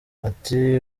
ati